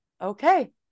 okay